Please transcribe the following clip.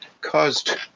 caused